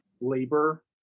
labor